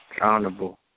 Honorable